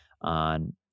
on